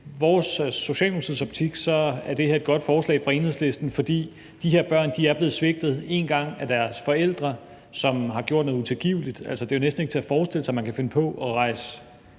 I Socialdemokratiets optik er det her et godt forslag fra Enhedslisten, fordi de her børn er blevet svigtet en gang af deres forældre, som har gjort noget utilgiveligt, altså, det er jo næsten ikke til at forestille sig, at man kan finde på at rejse